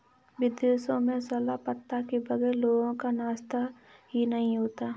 विदेशों में सलाद पत्ता के बगैर लोगों का नाश्ता ही नहीं होता